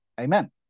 Amen